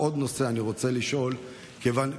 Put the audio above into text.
אני רוצה לשאול בעוד נושא,